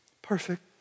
perfect